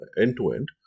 end-to-end